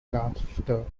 laughter